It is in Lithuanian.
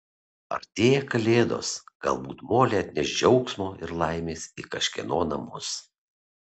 artėja kalėdos galbūt molė atneš džiaugsmo ir laimės į kažkieno namus